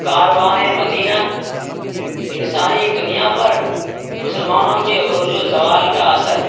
کاروانِ مدینہ انسانی دنیا پر مسلمانوں کے عروج و زوال کا اثر